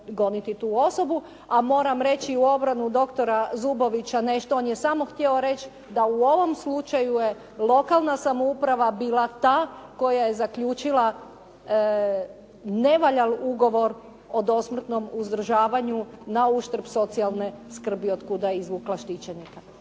A moram reći u obranu doktora Zubovića nešto, on je samo htio reći da u ovom slučaju je lokalna samouprava bila ta koja je zaključila nevaljali ugovor o dosmrtnom uzdržavanju na uštrb socijalne skrbi od kuda je izvukla štićenika.